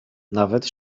nawet